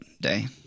Day